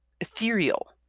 ethereal